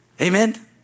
Amen